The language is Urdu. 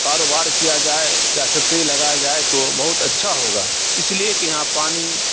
کاروبار کیا جائے یا فیکٹری لگائی جائے تو بہت اچھا ہوگا اس لیے کہ یہاں پانی